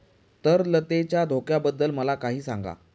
तरलतेच्या धोक्याबद्दल मला काही सांगा